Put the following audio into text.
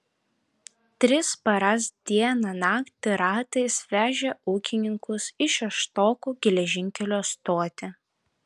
tris paras dieną naktį ratais vežė ūkininkus į šeštokų geležinkelio stotį